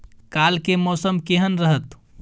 काल के मौसम केहन रहत?